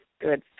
good